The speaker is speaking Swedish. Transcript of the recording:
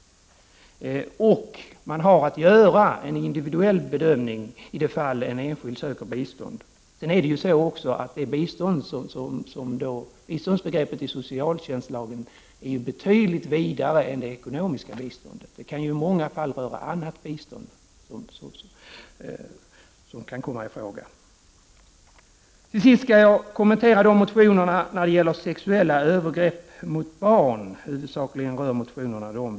Man har att göra en individuell bedömning i det fall en enskild söker bistånd. Sedan är också biståndet i socialtjänstlagen betydligt vidare än det ekonomiska biståndet. Det kan ju i många fall vara annat bistånd som kan komma ifråga. Till sist skall jag kommentera motionen om sexuella övergrepp mot barn — huvudsakligen rör motionerna dem.